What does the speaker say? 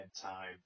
time